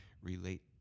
relate